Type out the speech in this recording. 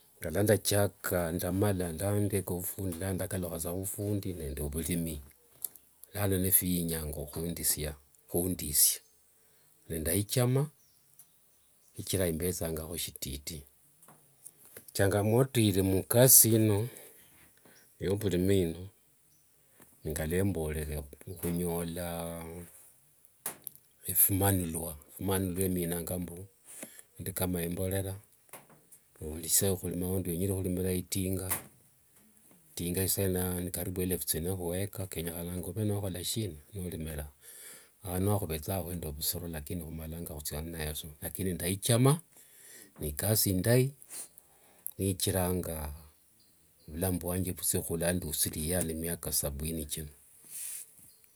Kandalachaka ndamala ndali ndeka vhufundi nende vulimi nano niphinyanga khundisia, khundisia ne ndaichama khuchira imbethangakho shititi. changamoto ili mukasi ino, eye vulimi ino ngaluemborere nikhunyola ephimanulua, phimanulua menanga mbu phindu kama imborera velisee wenya khukinira itinga, itinga isaino ni karibu elefu thine khuweka kenyekhana ove nokhola shina, ove nolimira. Ao niwakhuvwthqbga nikhuli nende vusiro lakini khumalanga khuthia inaoyo be vilai. Ndaichama nikasi indai, nichiranga vulamu vwange vuthia wa ndusiriane emiaka sabini chino.